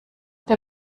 der